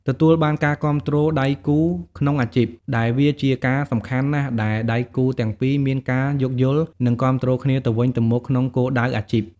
ទទួលបានការគាំទ្រដៃគូក្នុងអាជីព ដែលវាជាការសំខាន់ណាស់ដែលដៃគូទាំងពីរមានការយោគយល់ និងគាំទ្រគ្នាទៅវិញទៅមកក្នុងគោលដៅអាជីព។